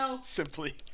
simply